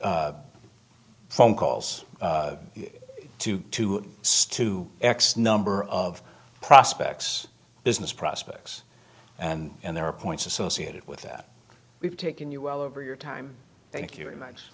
phone calls to to stew x number of prospects business prospects and there are points associated with that we've taken you well over your time thank you very much